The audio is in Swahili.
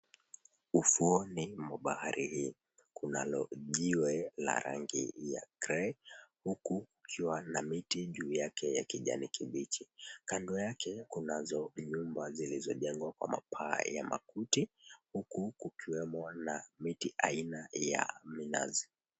Ufuoni mwa bahari hii. Kunalo jiwe la rangi ya grey , huku kukiwa na miti juu yake ya kijani kibichi. Kando yake kunazo nyumba zilizojengwa kwa mapaa ya makuti, huku kukiwemo na miti aina ya minazi.